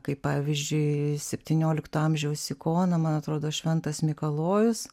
kaip pavyzdžiui septyniolikto amžiaus ikona man atrodo šventas mikalojus